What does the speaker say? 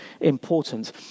important